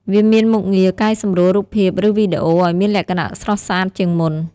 វាមានមុខងារកែសម្រួលរូបភាពឬវីដេអូឱ្យមានលក្ខណៈស្រស់ស្អាតជាងមុន។